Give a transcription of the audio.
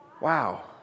Wow